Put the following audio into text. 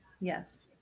Yes